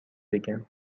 بگم